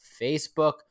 facebook